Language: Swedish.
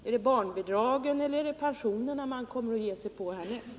Är det barnbidragen eller pensionerna som man kommer att ge sig på härnäst?